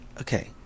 Okay